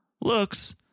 looks